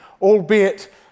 albeit